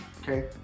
okay